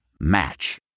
Match